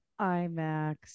IMAX